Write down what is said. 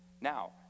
Now